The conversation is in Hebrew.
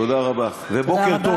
תודה רבה ובוקר טוב.